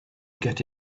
get